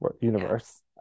universe